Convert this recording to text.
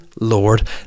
lord